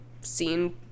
seen